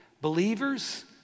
believers